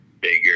bigger